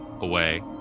away